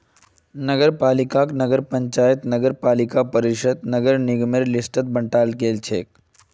नगरपालिकाक नगर पंचायत नगरपालिका परिषद आर नगर निगमेर लिस्टत बंटाल गेलछेक